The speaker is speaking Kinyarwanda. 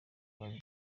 rwari